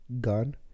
Gun